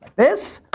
this,